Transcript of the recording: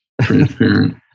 transparent